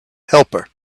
helper